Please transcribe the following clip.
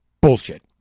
Bullshit